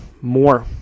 more